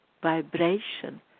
vibration